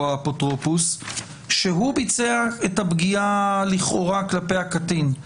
האפוטרופוס שהוא ביצע את הפגיעה לכאורה כלפי הקטין.